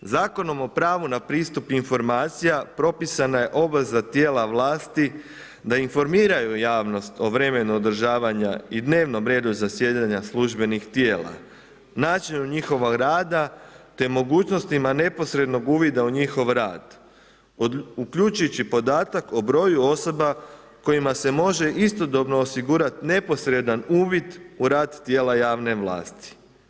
Zakonom o pravu na pristup informacija propisana je obveza tijela vlasti i da informiraju javnost o vremenu održavanja i dnevnom redu zasjedanja službenih tijela, načinu njihova rada te mogućnostima neposrednog uvida u njihov rad, uključujući i podatak o broju osoba kojima se može istodobno osigurati neposredan uvid u rad tijela javne vlasti.